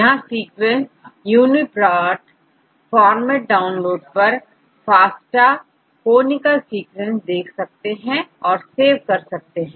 यहां सीक्वेंसUniProt format download कर FASTA canonical sequence देख सकते हैं और सेव कर सकते हैं